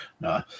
No